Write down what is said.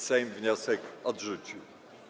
Sejm wniosek odrzucił.